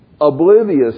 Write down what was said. oblivious